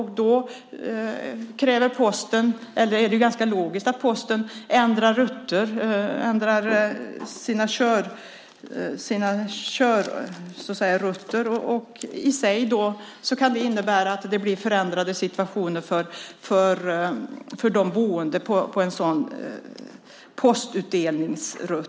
Då är det ganska logiskt att posten ändrar sina körrutter. Det kan innebära en förändrad situation för de boende på en sådan postutdelningsrutt.